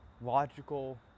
logical